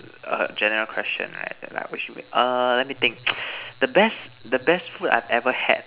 a general question right err let me think the best the best food I ever had